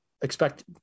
expect